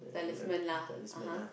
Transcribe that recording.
talisman lah (uh huh)